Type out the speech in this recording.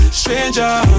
stranger